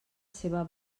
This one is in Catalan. seva